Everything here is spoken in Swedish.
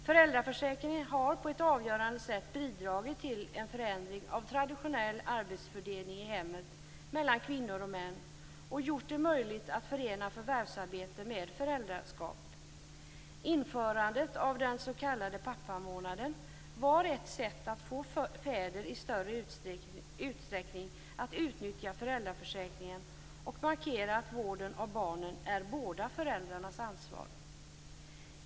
Föräldraförsäkringen har på ett avgörande sätt bidragit till en förändring av den traditionella arbetsfördelningen i hemmen mellan kvinnor och män och gjort det möjligt att förena förvärvsarbete med föräldraskap. Införandet av den s.k. pappamånaden var ett sätt att få fäder att i större utsträckning utnyttja föräldraförsäkringen samt att markera att vården av barnen är båda föräldrarnas ansvar.